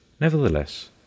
Nevertheless